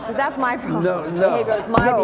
that's my problem. no, no. but it's my